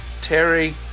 Terry